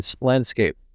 landscape